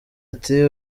ati